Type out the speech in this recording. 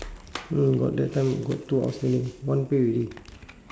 no got that time got two outstanding one pay already